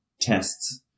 tests